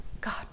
God